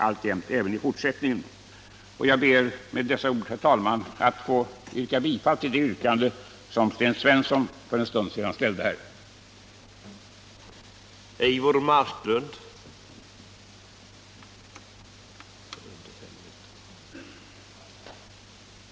Nr 61 Jag ber med dessa ord, herr talman, att få yrka bifall till det yrkande som Onsdagen den Sten Svensson ställde här för en stund sedan. 20 december 1978